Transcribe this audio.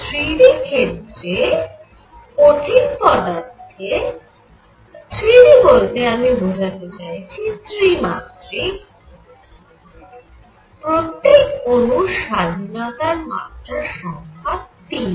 3D কঠিন পদার্থের ক্ষেত্রে 3D বলতে আমি বোঝাতে চাইছি ত্রিমাত্রিক প্রত্যেক অণুর স্বাধীনতার মাত্রা সংখ্যা 3